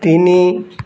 ତିନି